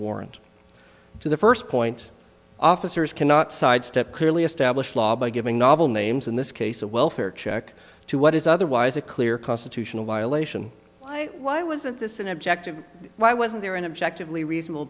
first point officers cannot sidestep clearly established law by giving novel names in this case a welfare check to what is otherwise a clear constitutional violation i why wasn't this an objective why wasn't there and objectively reasonable